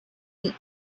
eat